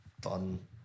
done